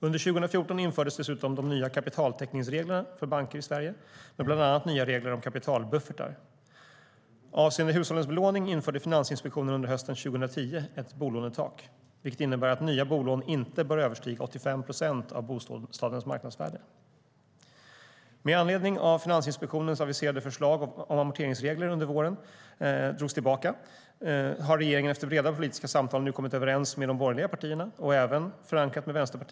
Under 2014 infördes dessutom de nya kapitaltäckningsreglerna för banker i Sverige, med bland annat nya regler om kapitalbuffertar. Avseende hushållens belåning införde Finansinspektionen under hösten 2010 ett bolånetak, vilket innebär att nya bolån inte bör överstiga 85 procent av bostadens marknadsvärde. Med anledning av att Finansinspektionens aviserade förslag om amorteringsregler under våren drogs tillbaka har regeringen efter breda politiska samtal nu kommit överens med de borgerliga partierna om att ett amorteringskrav ska införas.